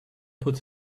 puts